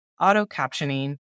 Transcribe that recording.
auto-captioning